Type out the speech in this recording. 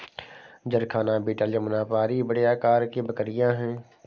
जरखाना बीटल जमुनापारी बड़े आकार की बकरियाँ हैं